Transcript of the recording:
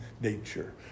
nature